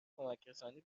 کمکرسانی